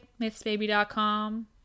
MythsBaby.com